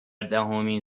دهمین